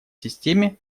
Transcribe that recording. системе